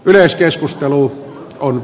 yleiskeskustelu on